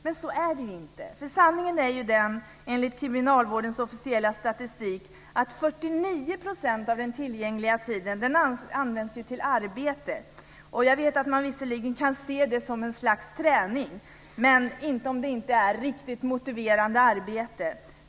Men så är det inte, för sanningen är - av den tillgängliga tiden används till arbete. Jag vet att det visserligen kan ses som ett slags träning men inte om det inte är ett riktigt motiverande arbete.